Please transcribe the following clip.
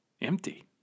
empty